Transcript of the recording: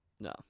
No